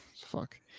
Fuck